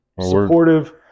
supportive